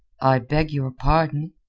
i beg your pardon,